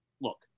look